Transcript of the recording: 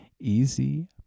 Easy